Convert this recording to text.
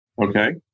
Okay